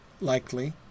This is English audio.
likely